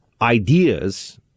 ideas